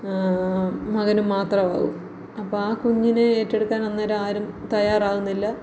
മകനും മാത്രവാകും അപ്പം ആ കുഞ്ഞിനെ ഏറ്റെടുക്കാൻ അന്നേരം ആരും തയ്യാറാവുന്നില്ല